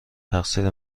تقصیر